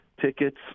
tickets